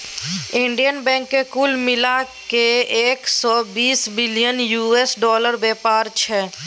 Indian बैंकक कुल मिला कए एक सय बीस बिलियन यु.एस डालरक बेपार छै